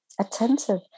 attentive